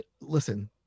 Listen